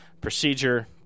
procedure